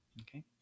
Okay